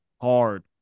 hard